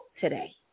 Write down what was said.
today